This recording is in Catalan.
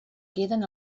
queden